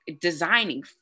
designing